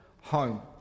home